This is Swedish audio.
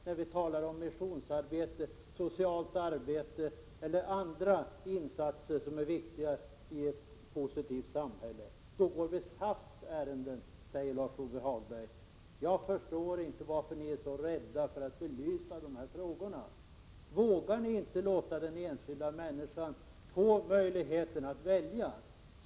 När vi talar om missionsarbete, socialt arbete eller andra insatser som är viktiga i ett positivt samhälle, då går vi SAF:s ärenden, säger Lars-Ove Hagberg. Jag förstår inte varför ni är så rädda för att belysa de här frågorna. Vågar ni inte låta den enskilda människan få möjlighet att välja?